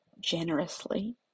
generously